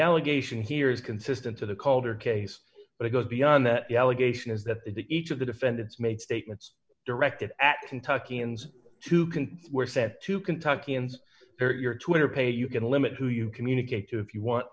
allegation here is consistent with the calder case but it goes beyond that the allegation is that each of the defendants made statements directed at kentucky and two can were sent to kentucky and your twitter page you can limit who you communicate to if you want